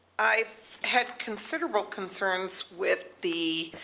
i have considerable concerns with the